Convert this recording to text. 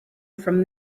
from